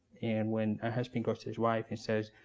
and when a husband goes to his wife and says,